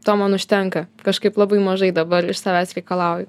to man užtenka kažkaip labai mažai dabar iš savęs reikalauju